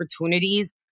opportunities